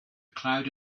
cloud